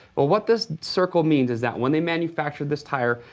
well, what this circle means is that when they manufactured this tire,